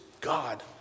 God